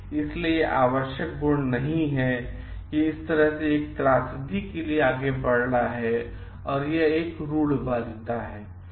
इसलिए यह एक आवश्यक गुण नहीं है और इस तरह यह एक त्रासदी के लिए आगे बढ़ रहा है है यह एक रुढ़िवादिता है